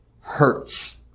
hurts